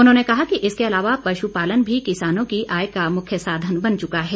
उन्होंने कहा कि इसके अलावा पशु पालन भी किसानों की आय का मुख्य साधन बन चुका है